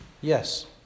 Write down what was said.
Yes